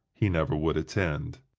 he never would attend.